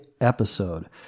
episode